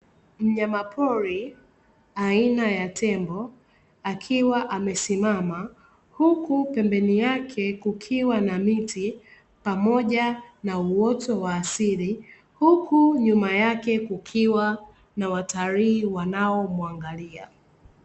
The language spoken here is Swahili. Mnayama pori aina ya tembo akiwa amesimama huku pembeni yake kukiwa na miti pamoja na uoto wa asili, huku nyuma yake kukiwa na watalii wanao mwangalia.